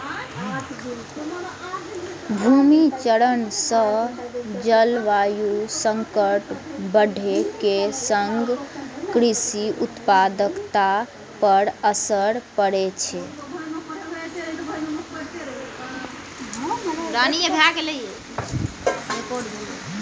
भूमि क्षरण सं जलवायु संकट बढ़ै के संग कृषि उत्पादकता पर असर पड़ै छै